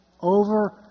over